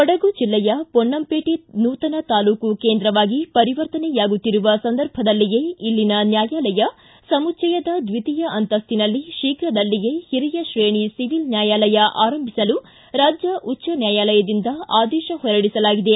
ಕೊಡಗು ಜಿಲ್ಲೆಯ ಪೊನ್ನಂಪೇಟೆ ನೂತನ ತಾಲೂಕು ಕೇಂದ್ರವಾಗಿ ಪರಿವರ್ತನೆಯಾಗುತ್ತಿರುವ ಸಂದರ್ಭದಲ್ಲಿಯೇ ಇಲ್ಲಿನ ನ್ನಾಯಾಲಯ ಸಮುಚ್ಚಯದ ದ್ವಿತೀಯ ಅಂತಕ್ಕಿನಲ್ಲಿ ಶೀಘದಲ್ಲಿಯೇ ಹಿರಿಯ ಶ್ರೇಣಿ ಸಿವಿಲ್ ನ್ನಾಯಾಲಯ ಆರಂಭಿಸಲು ರಾಜ್ಗ ಉಜ್ಲ ನ್ಯಾಯಾಲಯದಿಂದ ಆದೇಶ ಹೊರಡಿಸಲಾಗಿದೆ